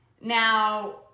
Now